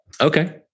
Okay